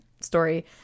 story